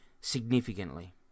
significantly